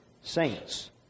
saints